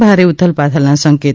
ભારે ઉથલ પાથલના સંકેતો